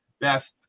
Beth